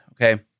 okay